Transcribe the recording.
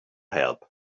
help